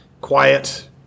quiet